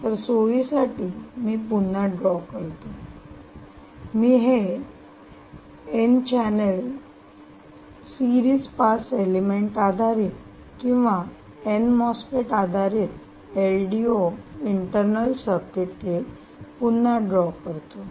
तर सोयीसाठी मी पुन्हा ड्रॉ करतो मी हे N channel series pass element आधारित किंवा एन मॉसेफट आधारित एलडीओ इंटर्नल सर्किटरी पुन्हा ड्रॉ करतो